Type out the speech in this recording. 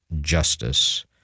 justice